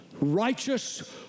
Righteous